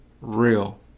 real